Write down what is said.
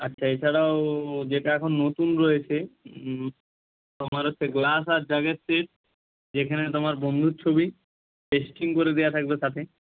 আচ্ছা এছাড়াও যেটা এখন নতুন রয়েছে তোমার হচ্ছে গ্লাস আর জাগের সেট যেখানে তোমার বন্ধুর ছবি পেস্টিং করে দেওয়া থাকবে তাতে